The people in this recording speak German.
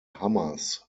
hamas